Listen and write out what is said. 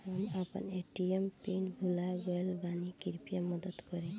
हम अपन ATM PIN भूल गएल बानी, कृपया मदद करीं